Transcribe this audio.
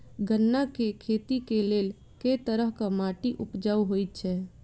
गन्ना केँ खेती केँ लेल केँ तरहक माटि उपजाउ होइ छै?